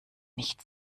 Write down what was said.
nicht